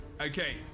Okay